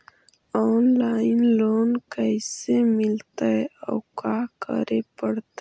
Online loan कैसे मिलतै औ का करे पड़तै?